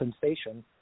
sensation